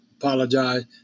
apologize